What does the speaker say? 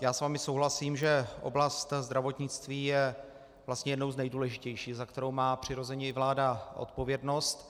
Já s vámi souhlasím, že oblast zdravotnictví je vlastně jednou z nejdůležitějších, za kterou má přirozeně vláda odpovědnost.